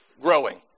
Growing